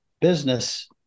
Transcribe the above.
business